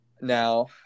now